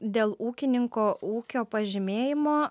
dėl ūkininko ūkio pažymėjimo